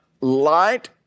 light